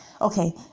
Okay